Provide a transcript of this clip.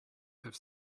have